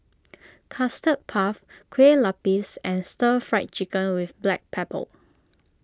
Custard Puff Kue Lupis and Stir Fried Chicken with Black Pepper